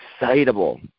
excitable